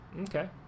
Okay